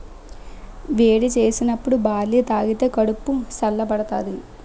వేడి సేసినప్పుడు బార్లీ తాగిదే కడుపు సల్ల బడతాది